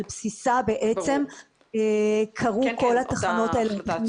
על בסיסה בעצם קרו כל התחנות האלה.